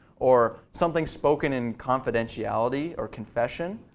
or somethings spoken in confidentiality or confession,